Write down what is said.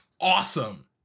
awesome